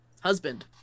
husband